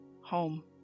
home